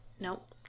Nope